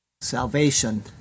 salvation